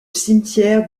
cimetière